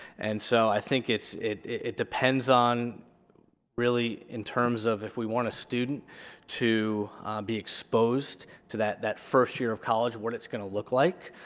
and so i think it it depends on really in terms of if we want a student to be exposed to that that first year of college, what it's going to look like,